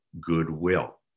goodwill